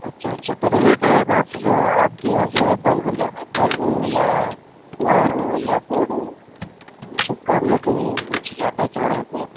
اچھا اچھا تو یہ کہہ رہے تھے آپ سے جو آپ کے یہاں جو ہے بلب ہے بلب ہو یا وائر ہو یا بورڈ ہو اُس سب کا ریٹ کچھ جاننا چاہ رہے تھے